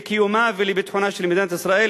לקיומה ולביטחונה של מדינת ישראל.